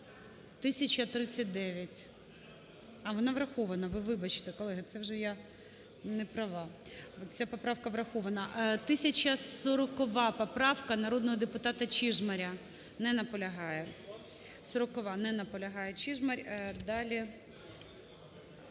1039. А, вона врахована. Вибачте, колеги. Це вже я не права, ця поправка врахована. 1040 поправка народного депутата Чижмаря. Не наполягає. 40-а, не наполягає Чижмарь. Далі.